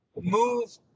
move